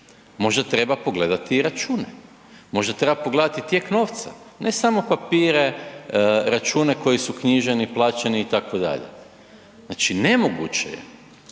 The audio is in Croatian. Možda treba pogledati i račune. Možda treba pogledati tijek novca, ne samo papire, račune koji si knjiženi, plaćeni, itd. Znači nemoguće je